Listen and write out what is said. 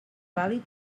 vàlid